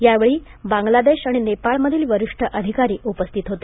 यावेळी बांगलादेश आणि नेपाळमधील वरिष्ठ अधिकारी उपस्थित होते